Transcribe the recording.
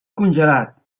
congelat